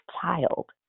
child